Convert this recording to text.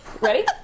Ready